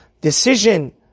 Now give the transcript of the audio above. decision